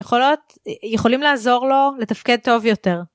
יכולים לעזור לו לתפקד טוב יותר.